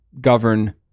govern